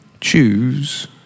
Choose